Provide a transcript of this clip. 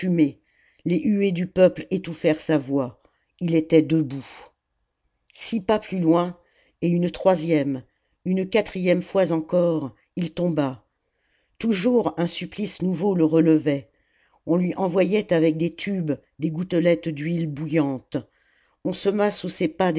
les huées du peuple étouffèrent sa voix il était debout six pas plus loin et une troisième une quatrième fois encore il tomba toujours un supplice nouveau le relevait on lui envoyait avec des tubes des gouttelettes d'huile bouillante on sema sous ses pas